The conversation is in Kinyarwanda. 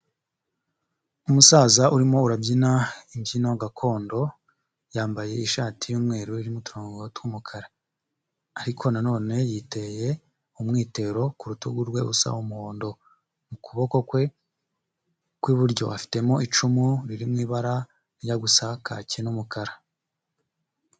Umusaza urimo urabyina imbyino gakondo, yambaye ishati y'umweru irimo uturongo tw'umukara, ariko na none yiteye umwitero ku rutugu rwe usa umuhondo. Mu kuboko kwe kw'iburyo afitemo icumu riri mu ibara rijya gusa kake n'umukara.